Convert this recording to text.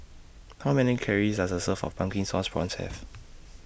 How Many Calories Does A Serving of Pumpkin Sauce Prawns Have